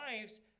Lives